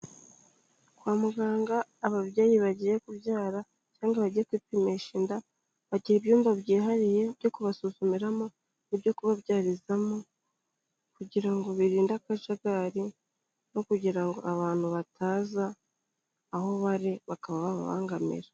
Kwa muganga ababyeyi bagiye kubyara cyangwa bagiye kwipimisha inda, bagira ibyumba byihariye byo kubasuzumiramo, ibyo kubabyarizamo kugira ngo birinde akajagari no kugira ngo abantu bataza aho bari bakaba bababangamira.